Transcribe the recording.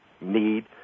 need